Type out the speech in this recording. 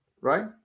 right